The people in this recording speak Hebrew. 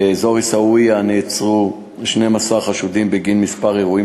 באזור עיסאוויה נעצרו 12 חשודים בגין כמה אירועים